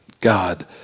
God